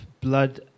blood